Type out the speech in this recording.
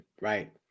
right